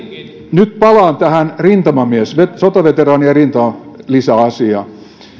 palaan tähän sotaveteraanien rintamalisäasiaan